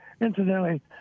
Incidentally